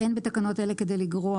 135.שמירת דינים אין בתקנות אלה כדי לגרוע